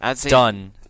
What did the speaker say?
Done